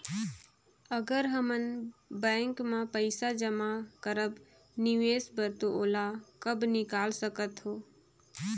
अगर हमन बैंक म पइसा जमा करब निवेश बर तो ओला कब निकाल सकत हो?